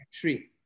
three